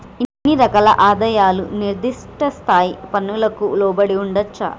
ఇన్ని రకాల ఆదాయాలు నిర్దిష్ట స్థాయి పన్నులకు లోబడి ఉండొచ్చా